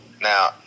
Now